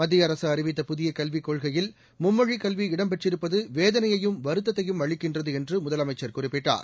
மத்திய அரசு அறிவித்த புதிய கல்விக் கொள்கையில் மும்மொழிக் கல்வி இடம்பெற்றிருப்பது வேதனையையும் வருத்தத்தையும் அளிக்கின்றது என்று முதலமைச்சர் குறிப்பிட்டார்